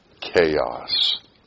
chaos